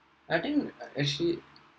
I think uh actually